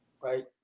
Right